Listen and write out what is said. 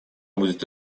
будет